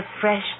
fresh